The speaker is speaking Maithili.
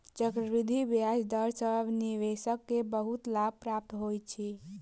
चक्रवृद्धि ब्याज दर सॅ निवेशक के बहुत लाभ प्राप्त होइत अछि